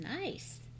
Nice